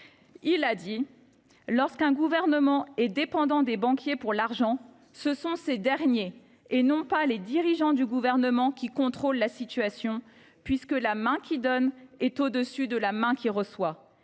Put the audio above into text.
:« Lorsqu’un gouvernement est dépendant des banquiers pour l’argent, ce sont ces derniers, et non pas les dirigeants du gouvernement qui contrôlent la situation, puisque la main qui donne est au dessus de la main qui reçoit.